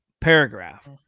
paragraph